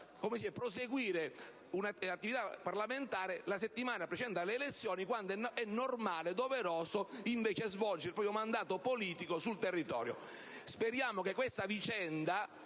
proseguire l'attività parlamentare nella settimana che precede le elezioni, quando è normale e doveroso invece svolgere il proprio mandato politico sul territorio. Speriamo che questa vicenda,